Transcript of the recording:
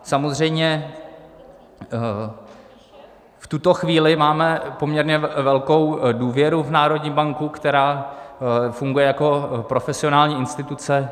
Samozřejmě v tuto chvíli máme poměrně velkou důvěru v národní banku, která funguje jako profesionální instituce.